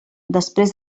després